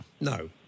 No